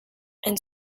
and